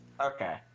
okay